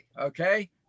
okay